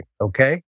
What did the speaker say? okay